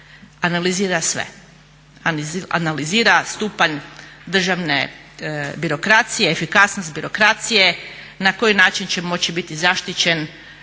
analizira sve. Analizira stupanj državne birokracije, efikasnost birokracije, na koji način će moći biti zaštićen